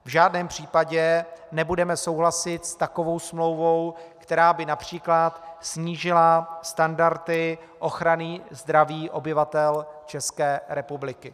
V žádném případě nebudeme souhlasit s takovou smlouvou, která by například snížila standardy ochrany zdraví obyvatel České republiky.